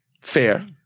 Fair